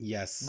Yes